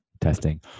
testing